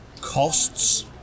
costs